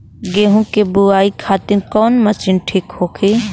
गेहूँ के बुआई खातिन कवन मशीन ठीक होखि?